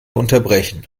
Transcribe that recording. unterbrechen